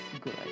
good